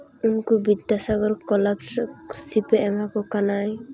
ᱩᱱᱠᱩ ᱵᱤᱫᱽᱫᱟᱥᱟᱜᱚᱨ ᱠᱚᱞᱟᱨᱥᱤᱯᱮ ᱮᱢᱟ ᱠᱚ ᱠᱟᱱᱟᱭ